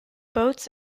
boats